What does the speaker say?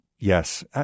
Yes